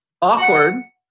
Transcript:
awkward